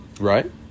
Right